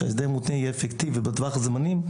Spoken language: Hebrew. שההסדר המותנה יהיה אפקטיבי בטווח הזמנים,